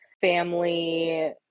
family